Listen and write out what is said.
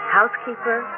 housekeeper